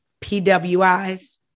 PWIs